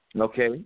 Okay